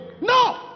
No